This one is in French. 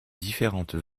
différentes